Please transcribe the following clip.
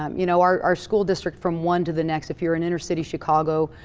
um you know, our school district, from one to the next, if you're in inner city chicago,